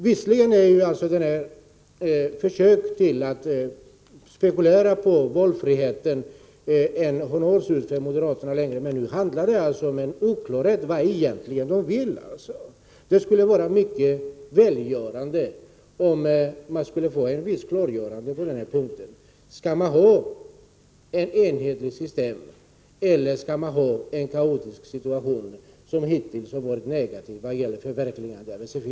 Visserligen har moderaterna länge försökt spekulera i valfriheten, men nu råder det oklarhet om vad de egentligen vill. Det vore mycket välgörande med ett klarläggande på denna punkt. Skall man ha ett enhetligt system, eller skall man såsom hittills ha en kaotisk situation, som har fått negativa följder när det gäller ett förverkligande av SFI?